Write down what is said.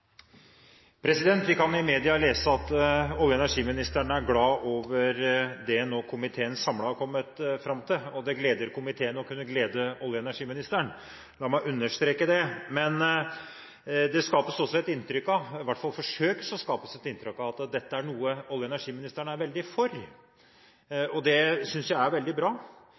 replikkordskifte. Vi kan i media lese at olje- og energiministeren er glad over det komiteen nå samlet er kommet fram til, og det gleder komiteen å kunne glede olje- og energiministeren – la meg understreke det. Men det skapes også et inntrykk av – i hvert fall forsøkes det å skapes et inntrykk av – at dette er noe olje- og energiministeren er veldig for. Det synes jeg er veldig bra.